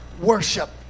worship